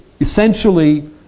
essentially